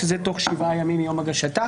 שזה תוך שבעה ימים מיום הגשתה.